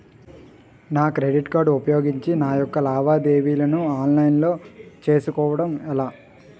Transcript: నా credit card ఉపయోగించి నా యెక్క లావాదేవీలను ఆన్లైన్ లో చేసుకోవడం ఎలా?